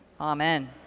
amen